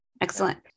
Excellent